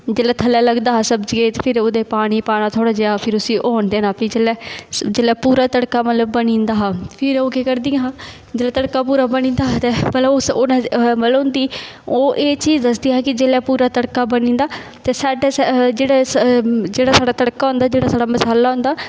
जेल्लै थल्लै लगदा हा सब्जियै च फिर ओह्दे पानी पाना थोह्ड़ा जेहा फिर उसी होन देना फ्ही जेल्लै जेल्लै पूरा तड़का मतलब बनी जंदा हा फिर ओह् केह् करदियां हियां जेल्लै तड़का पूरा बनी जंदा हा ते भला ओह् मतलब उं'दी ओह् एह् चीज दसदियां हियां कि जेल्लै पूरा तड़का बनी जंदा ते सइडा जेह्ड़ा साढ़ा तड़का होंदा जेह्ड़ा साढ़ा मसाला होंदा